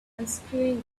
unscrewing